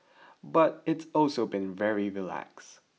but it's also been very relaxed